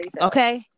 okay